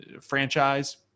franchise